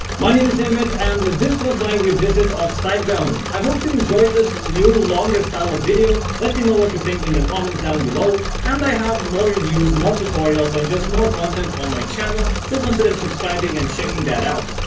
my name is emit and this was my revisit of siteground i hope you enjoyed this new longer style of video let me know what you think in the comments down below and i have more reviews more tutorials than just more content on my channel so consider subscribing and checking that out.